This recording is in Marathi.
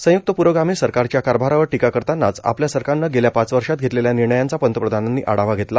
संयुक्त प्रोगामी सरकारच्या कारभारावर टीका करतानाच आपल्या सरकारनं गेल्या पाच वर्षांत घेतलेल्या निर्णयांचा पंतप्रधानांनी आढावा घेतला